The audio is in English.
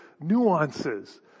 nuances